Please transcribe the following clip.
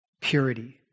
purity